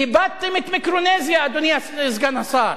איבדתם את מיקרונזיה, אדוני סגן השר.